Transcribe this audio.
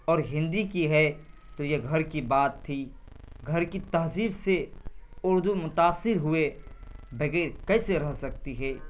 اور ہندی کی ہے تو یہ گھر کی بات تھی گھر کی تہذیب سے اردو متاثر ہوئے بغیر کیسے رہ سکتی ہے